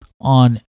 on